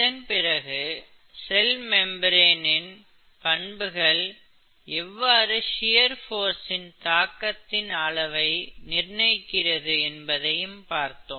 இதன்பிறகு cell membrane இன் பண்புகள் எவ்வாறு ஷியர் போர்சின் தாக்கத்தின் அளவை நிர்ணயிக்கிறது என்பதை பார்த்தோம்